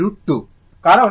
কারণ Im VmR